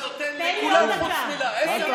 אתה נותן לכולם חוץ מלה.